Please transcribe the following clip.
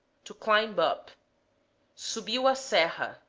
to climb up subiu a serra,